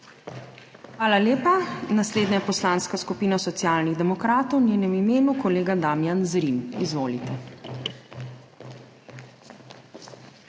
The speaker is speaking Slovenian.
Hvala lepa. Naslednja je Poslanska skupina Socialnih demokratov, v njenem imenu kolega Damijan Zrim. Izvolite.